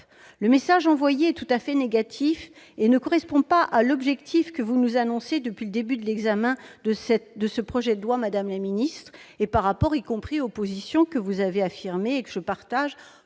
le message envoyé est tout à fait négatif et ne correspond pas à l'objectif que vous nous annoncez depuis le début de l'examen de ce projet de loi, s'agissant notamment des positions que vous avez affirmées, et que je partage,